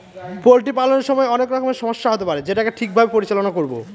poultry পালনের সময় অনেক রকমের সমস্যা হতে পারে যেটাকে ঠিক ভাবে পরিচালনা করবো